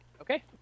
okay